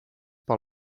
per